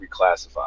reclassified